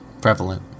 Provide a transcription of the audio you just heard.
prevalent